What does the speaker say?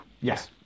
yes